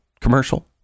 commercial